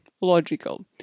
logical